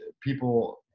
people